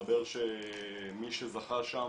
שמסתבר שמי שזכה שם,